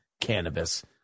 cannabis